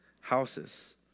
houses